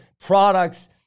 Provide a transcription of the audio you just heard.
products